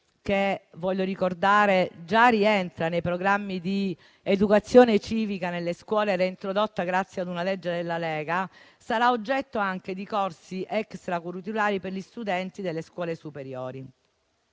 stradale, che già rientra nei programmi di educazione civica nelle scuole, reintrodotta grazie ad una legge proposta dalla Lega, sarà oggetto anche di corsi extracurriculari per gli studenti delle scuole superiori.